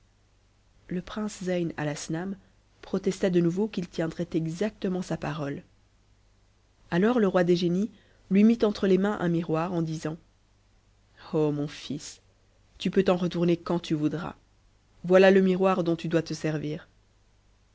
le prince zeyn atasna u protesta de nouveau qu'il tiendrait exactement sa parole alors le roi des génies lui mit entre les mains un miroir en disant mon fils tu peux t'en retourner quand tu voudras voità le miroir dont tu dois te servir